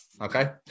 okay